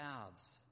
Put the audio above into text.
clouds